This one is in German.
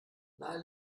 nahe